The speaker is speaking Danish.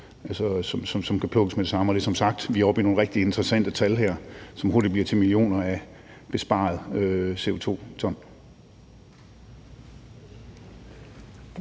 som kan plukkes med det samme. Vi er som sagt oppe i nogle ret interessante tal her, som hurtigt bliver til millioner af ton sparet CO2.